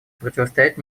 противостоять